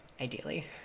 ideally